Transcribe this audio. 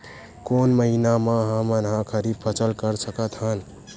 कोन महिना म हमन ह खरीफ फसल कर सकत हन?